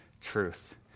truth